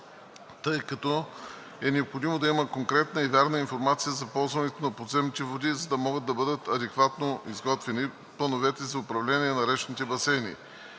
тъй като е необходимо да има конкретна и вярна информация за ползването на подземните води, за да могат да бъдат адекватно изготвени Плановете за управление на речните басейни.